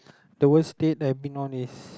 the worst date that I have been on is